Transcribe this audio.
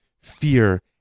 Fear